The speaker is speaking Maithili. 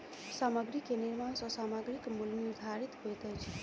सामग्री के निर्माण सॅ सामग्रीक मूल्य निर्धारित होइत अछि